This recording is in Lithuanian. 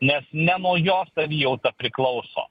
nes ne nuo jo savijauta priklauso